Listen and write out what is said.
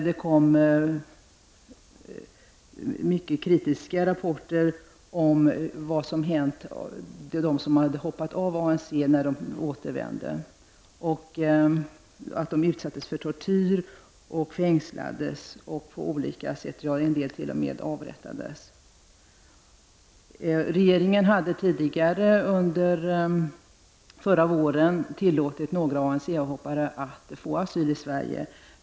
Det kommer mycket allvarliga rapporter om vad som hänt dem som hoppat av ANC när de återvänt. De utsattes för tortyr och fängslades, och en del t.o.m. avrättades. Regeringen hade tidigare under förra våren tillåtit några ANC-avhoppare att få asyl i Sverige.